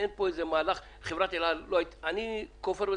כופר בזה שחברת אל על היתה בסכנה.